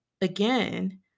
again